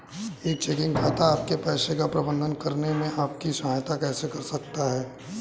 एक चेकिंग खाता आपके पैसे का प्रबंधन करने में आपकी सहायता कैसे कर सकता है?